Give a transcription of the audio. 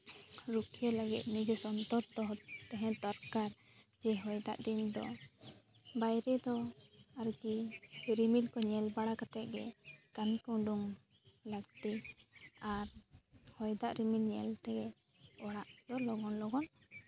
ᱨᱩᱠᱷᱤᱭᱟᱹ ᱞᱟᱹᱜᱤᱫ ᱱᱤᱡᱮ ᱥᱚᱱᱛᱚᱨ ᱫᱚᱦᱚ ᱛᱟᱦᱮᱸ ᱫᱚᱨᱠᱟᱨ ᱡᱮ ᱦᱚᱭ ᱫᱟᱜ ᱫᱤᱱ ᱫᱚ ᱵᱟᱭᱨᱮ ᱫᱚ ᱟᱨᱠᱤ ᱨᱤᱢᱤᱞ ᱠᱚ ᱧᱮᱞ ᱵᱟᱲᱟ ᱠᱟᱛᱮ ᱜᱮ ᱠᱟᱹᱢᱤ ᱠᱚ ᱩᱰᱩᱝ ᱞᱟᱹᱠᱛᱤ ᱟᱨ ᱦᱚᱭ ᱫᱟᱜ ᱨᱤᱢᱤᱞ ᱧᱮᱞ ᱛᱮᱜᱮ ᱚᱲᱟᱜ ᱫᱚ ᱞᱚᱜᱚᱱ ᱞᱚᱜᱚᱱ